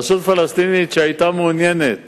רשות פלסטינית שהיתה מעוניינת